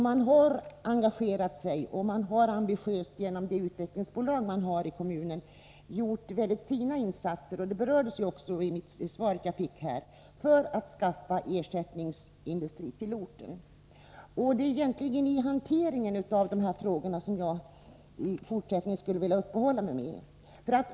Man har engagerat sig och, genom det utvecklingsbolag kommunen har, ambitiöst gjort fina insatser för att skaffa ersättningsindustri till orten. Detta berördes också i svaret. Det är egentligen hanteringen av dessa frågor som jag i fortsättningen skulle vilja uppehålla mig vid.